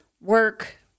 work